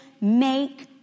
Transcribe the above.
make